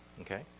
Okay